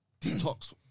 detox